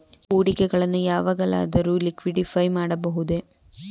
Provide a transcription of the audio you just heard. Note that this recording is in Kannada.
ಹೂಡಿಕೆಗಳನ್ನು ಯಾವಾಗಲಾದರೂ ಲಿಕ್ವಿಡಿಫೈ ಮಾಡಬಹುದೇ?